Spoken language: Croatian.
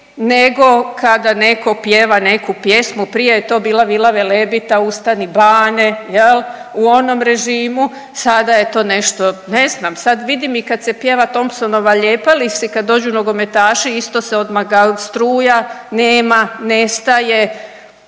nego kada netko pjeva neku pjesmu, prije je to bila Vila Velebita, Ustani bane, je li, u onom režimu, sada je to nešto, ne znam, sad vidim i kad se pjeva Thompsonova Lijepa li si, kad dođu nogometaši, isto se odmah .../nerazumljivo/... struja, nema, nestaje,